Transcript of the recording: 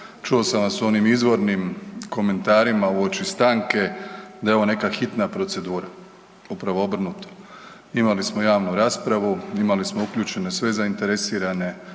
Čuo sam vas u onim izvornim komentarima uoči stanke, da je ovo neka hitna procedura. Upravo obrnuto. Imali smo javnu raspravu, imali smo uključene sve zainteresirane,